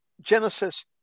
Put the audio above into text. Genesis